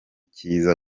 cyiza